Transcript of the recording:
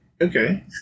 Okay